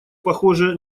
похоже